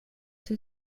two